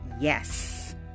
yes